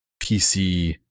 PC